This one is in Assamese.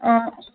অঁ